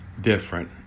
different